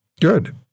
Good